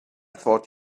thought